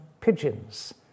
pigeons